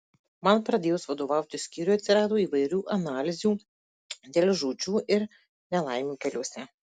man pradėjus vadovauti skyriui atsirado įvairių analizių dėl žūčių ir nelaimių keliuose